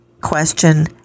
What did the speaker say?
Question